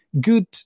good